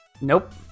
Nope